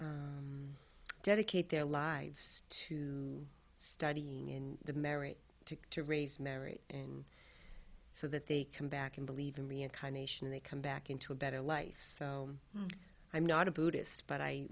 they dedicate their lives to studying in the marriage to to raise merry and so that they come back and believe in reincarnation they come back into a better life so i'm not a buddhist but i